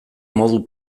modu